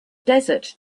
desert